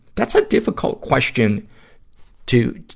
that's a difficult question to,